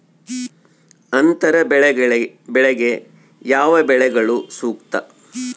ಅಂತರ ಬೆಳೆಗೆ ಯಾವ ಬೆಳೆಗಳು ಸೂಕ್ತ?